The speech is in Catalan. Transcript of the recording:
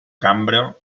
cambra